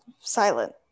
Silent